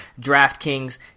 DraftKings